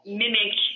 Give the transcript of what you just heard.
mimic